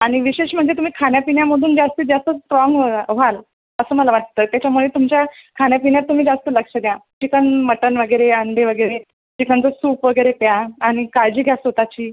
आणि विशेष म्हणजे तुम्ही खाण्यापिण्यामधून जास्तीत जास्त स्ट्राँग होणार व्हाल असं मला वाटतं त्याच्यामुळे तुमच्या खाण्यापिण्यात तुम्ही जास्त लक्ष द्या चिकन मटण वगैरे अंडी वगैरे चिकनचं सूप वगैरे प्या आणि काळजी घ्या स्वतःची